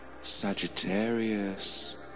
Sagittarius